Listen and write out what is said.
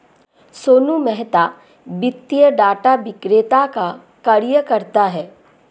सोनू मेहरा वित्तीय डाटा विक्रेता का कार्य करता है